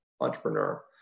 entrepreneur